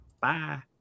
Bye